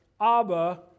Abba